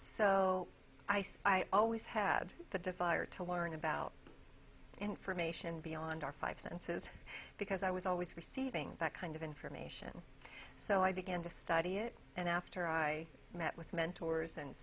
say i always had the desire to learn about information beyond our five senses because i was always receiving that kind of information so i began to study it and after i met with mentors and